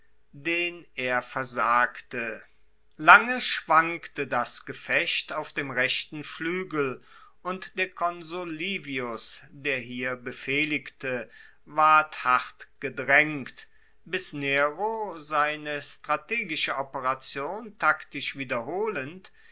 den er versagte lange schwankte das gefecht auf dem rechten fluegel und der konsul livius der hier befehligte ward hart gedraengt bis nero seine strategische operation taktisch wiederholend